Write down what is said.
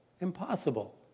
impossible